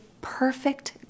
perfect